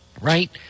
right